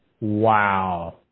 Wow